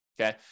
okay